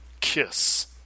Kiss